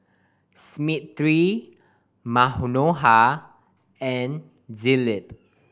Smriti Manohar and Dilip